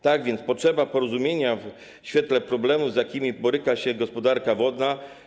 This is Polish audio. Tak więc istnieje potrzeba porozumienia w świetle problemów, z jakimi boryka się gospodarka wodna.